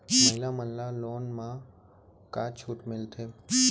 महिला मन ला लोन मा का छूट मिलथे?